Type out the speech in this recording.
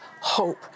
hope